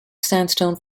sandstone